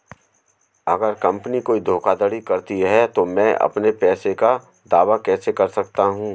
अगर कंपनी कोई धोखाधड़ी करती है तो मैं अपने पैसे का दावा कैसे कर सकता हूं?